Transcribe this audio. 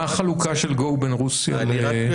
מה החלוקה של go בין רוסיה לאוקראינה?